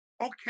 okay